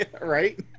Right